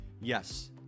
yes